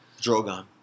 Drogon